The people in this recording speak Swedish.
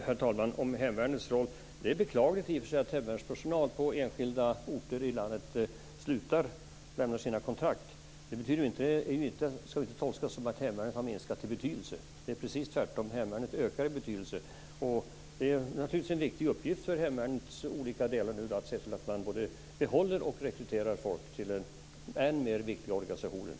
Herr talman! Det är i och för sig beklagligt att hemvärnspersonal på enskilda orter i landet lämnar sina kontrakt. Men det ska ju inte tolkas som att hemvärnet har minskat i betydelse. Det är precis tvärtom, hemvärnet ökar i betydelse. Nu är det naturligtvis en viktig uppgift för hemvärnets olika delar att se till att man både behåller och rekryterar folk till den än mer viktiga organisationen.